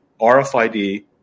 RFID